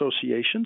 associations